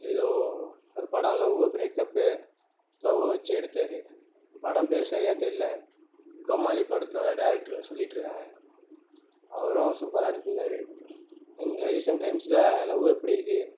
ஏதோ ஒரு படம் லவ்வு பிரேக்அப்பு லவ்வை வச்சு எடுத்தார் படம் பேர் சரியாக தெரியல கோமாளி படத்தோட டேரக்டருன்னு சொல்லிட்டிருக்காங்க அவரும் சூப்பராக எடுத்துருந்தார் இந்த ரீசன்ட் டைம்ஸில் லவ்வு எப்படி இருக்குது